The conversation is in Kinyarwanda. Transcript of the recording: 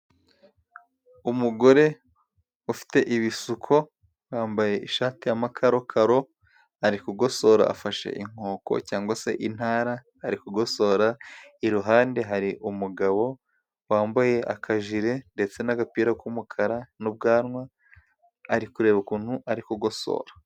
Umugore ufite ibisuko, wambaye ishati y'amakarokaro, ari kugosora afashe inkoko cyangwa se intara, ari kugosora, iruhande hari umugabo wambaye akajire ndetse n'agapira k'umukara, n'ubwanwa, ari kureba ukuntu ari kugosora.